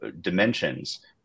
dimensions